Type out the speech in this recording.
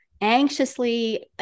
anxiously